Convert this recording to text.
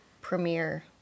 Premiere